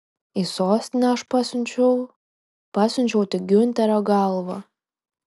į sostinę aš pasiunčiau pasiunčiau tik giunterio galvą